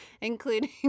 including